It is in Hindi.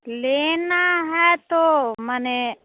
लेना है तो मने